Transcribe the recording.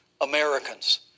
Americans